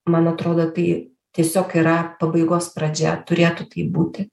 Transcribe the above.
man atrodo tai tiesiog yra pabaigos pradžia turėtų taip būti